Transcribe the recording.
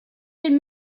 den